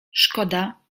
szkoda